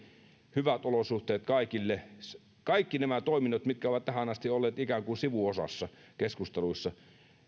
hyvät olosuhteet kaikille kaikki nämä toiminnot mitkä ovat tähän asti olleet ikään kuin sivuosassa keskusteluissa